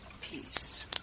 peace